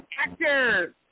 actor